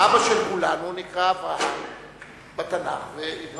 האבא של כולנו נקרא אברהם בתנ"ך ואברהים,